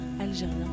algérien